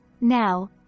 Now